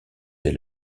des